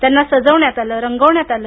त्यांना सजवण्यात आलं रंगवण्यात आलं